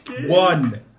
one